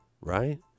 right